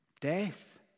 death